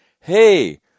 Hey